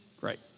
Great